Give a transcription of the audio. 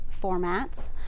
formats